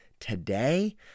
today